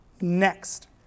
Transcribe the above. Next